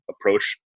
approach